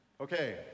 Okay